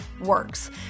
works